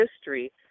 history